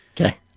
Okay